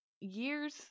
years